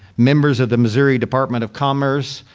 members of the missouri department of commerce,